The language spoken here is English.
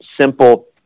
simple